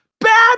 Bad